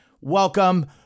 welcome